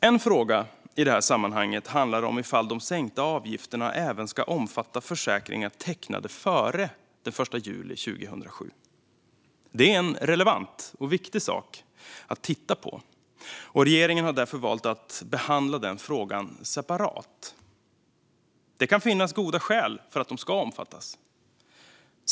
En fråga i detta sammanhang är om de sänkta avgifterna även ska omfatta försäkringar tecknade före den l juli 2007. Det är relevant och viktigt att titta på, och regeringen har därför valt att behandla denna fråga separat. Det kan finnas goda skäl för att de ska omfattas.